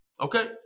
Okay